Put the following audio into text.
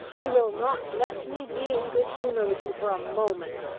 you will not let me be in good humour with you for a moment.